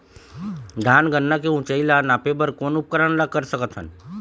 धान गन्ना के ऊंचाई ला नापे बर कोन उपकरण ला कर सकथन?